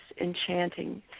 enchanting